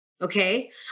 okay